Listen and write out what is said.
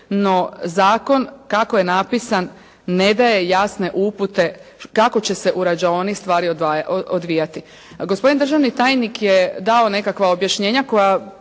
no zakon kako je napisan ne daje jasne upute kako će se u rađaoni stvari odvijati. Gospodin državni tajnik je dao nekakva objašnjenja koja